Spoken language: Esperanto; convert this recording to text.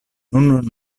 nun